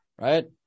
right